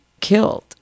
killed